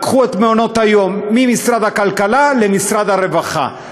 לקחו את מעונות-היום ממשרד הכלכלה למשרד הרווחה.